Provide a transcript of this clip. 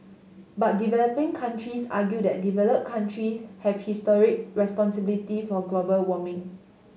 but developing countries argue that developed countries have historic responsibility for global warming